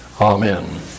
Amen